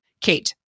Kate